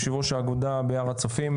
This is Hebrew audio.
יושב ראש האגודה בהר הצופים,